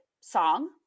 song